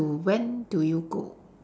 to when do you go